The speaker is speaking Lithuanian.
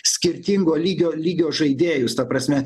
skirtingo lygio lygio žaidėjus ta prasme